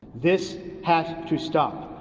this has to stop.